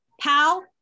pal